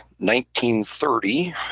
1930